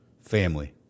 Family